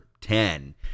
ten